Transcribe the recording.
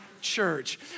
church